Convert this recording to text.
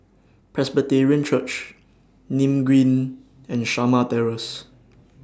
Presbyterian Church Nim Green and Shamah Terrace